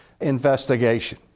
investigation